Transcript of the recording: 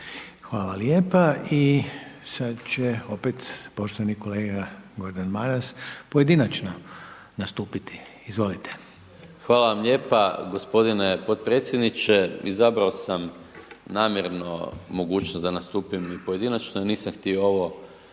Hvala lijepa i sad će opet poštovani kolega Gordan Maras pojedinačno nastupiti. **Maras, Gordan (SDP)** Hvala vam lijepa gospodine podpredsjedniče, izabrao sam namjerno mogućnost da nastupim i pojedinačno, nisam htio ovo